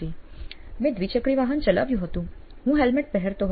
હા મેં દ્વિચક્રી વાહન ચલાવ્યું હતું હું હેલ્મેટ પહેરતો હતો